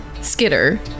skitter